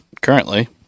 currently